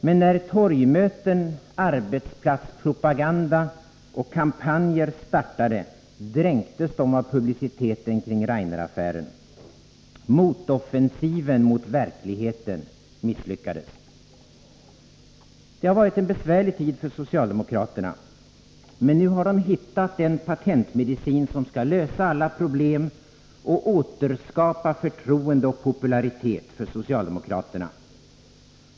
Men när torgmöten, arbetsplatspropaganda och kampanjer startade dränktes de av publiciteten kring Raineraffären. Motoffensiven mot verkligheten misslyckades. Det har varit en besvärlig tid för socialdemokraterna, men nu har de hittat den patentmedicin som skall lösa alla problem och återskapa förtroende och popularitet för socialdemokraterna.